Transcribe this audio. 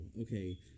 Okay